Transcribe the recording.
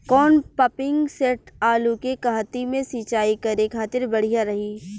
कौन pumping set आलू के कहती मे सिचाई करे खातिर बढ़िया रही?